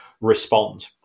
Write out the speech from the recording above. respond